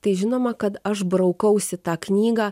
tai žinoma kad aš braukausi tą knygą